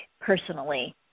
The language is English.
personally